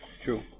true